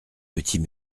petits